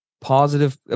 positive